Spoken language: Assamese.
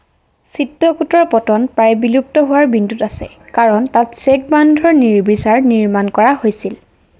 চিত্ৰকোটৰ পতন প্ৰায় বিলুপ্ত হোৱাৰ বিন্দুত আছে কাৰণ তাত চেক বান্ধৰ নিৰ্বিচাৰ নিৰ্মাণ কৰা হৈছিল